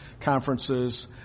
conferences